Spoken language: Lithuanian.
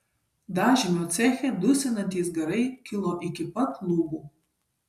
dažymo ceche dusinantys garai kilo iki pat lubų